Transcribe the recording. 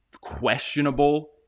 questionable